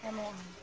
ᱮᱢᱚᱜᱼᱟ